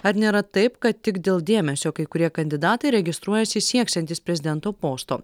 ar nėra taip kad tik dėl dėmesio kai kurie kandidatai registruojasi sieksiantys prezidento posto